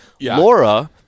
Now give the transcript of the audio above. Laura